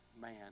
man